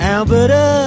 Alberta